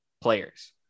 players